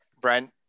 brent